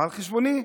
על חשבוני.